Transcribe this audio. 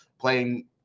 playing